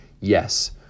Yes